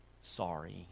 Sorry